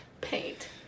paint